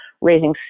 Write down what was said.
raising